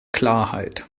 klarheit